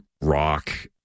rock